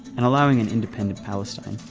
and allowing an independent palestine.